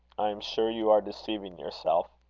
i am sure you are deceiving yourself.